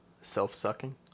self-sucking